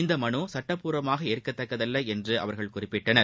இந்த மனு சுட்டப்பூர்வமாக ஏற்கத்தக்கதல்ல என்று அவர்கள் குறிப்பிட்டார்கள்